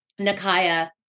Nakaya